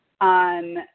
on